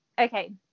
okay